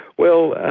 well,